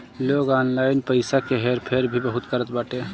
लोग ऑनलाइन पईसा के हेर फेर भी बहुत करत बाटे